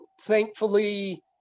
thankfully